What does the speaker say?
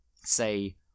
say